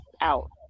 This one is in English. out